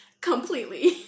completely